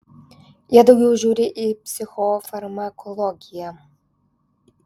jie daugiau žiūri į psichofarmakologiją